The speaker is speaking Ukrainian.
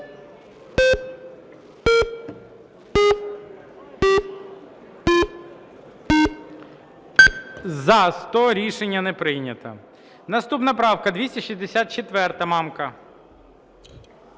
За-100 Рішення не прийнято. Наступна правка 264, Мамка.